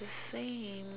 the same